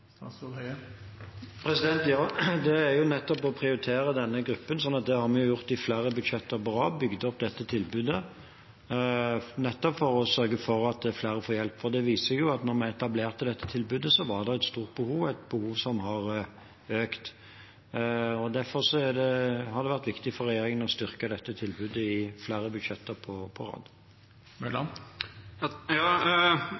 Ja, det er jo nettopp å prioritere denne gruppen. Det har vi gjort i flere budsjetter på rad, bygd opp dette tilbudet, nettopp for å sørge for at flere får hjelp. Det viste seg da vi etablerte dette tilbudet, at det var et stort behov, et behov som har økt. Derfor har det vært viktig for regjeringen å styrke dette tilbudet i flere budsjetter på rad. Jeg fikk vel for så vidt ikke noe svar på